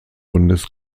bundes